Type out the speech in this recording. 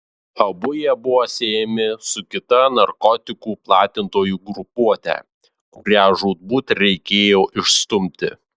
abu jie buvo siejami su kita narkotikų platintojų grupuote kurią žūtbūt reikėjo išstumti